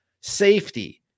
Safety